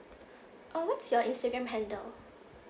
uh what's your instagram handle